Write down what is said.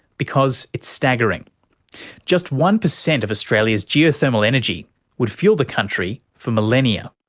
because it's staggering just one percent of australia's geothermal energy would fuel the country for millennia.